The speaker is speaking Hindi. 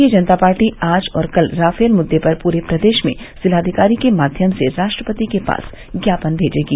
भारतीय जनता पार्टी आज और कल राफेल मुददे पर पूरे प्रदेश में जिलाधिकारी के माध्यम से राष्ट्रपति के पास ज्ञापन भेजेगी